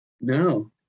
No